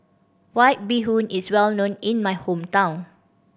White Bee Hoon is well known in my hometown